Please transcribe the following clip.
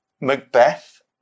Macbeth